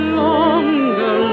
longer